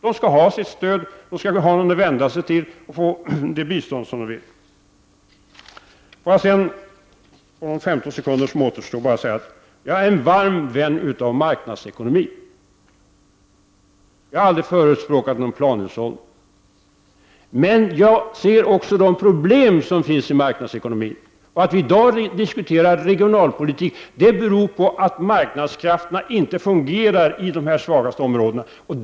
De skall ha sitt stöd, och de skall ha någon att vända sig till för att få det bistånd som de vill ha. Jag är en varm vän av marknadsekonomi. Jag har aldrig förespråkat någon planhushållning, men jag ser de problem som finns i marknadsekonomin. Att vi i dag diskuterar regionalpolitik beror på att marknadskrafterna inte fungerar i de svagaste områdena.